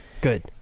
Good